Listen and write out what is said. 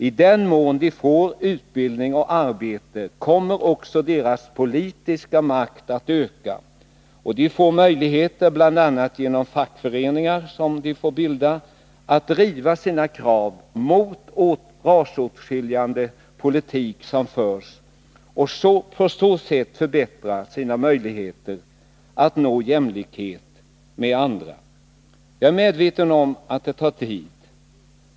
I den mån de får utbildning och arbete kommer också deras politiska makt att öka, och de får möjligheter bl.a. genom fackföreningar, som de får bilda, att driva sina krav mot rasåtskiljande politik som förs och på så sätt förbättra sina möjligheter att nå jämlikhet med andra. Jag är medveten om att detta tar tid.